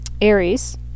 Aries